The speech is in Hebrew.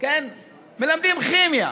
מלמדים כימיה,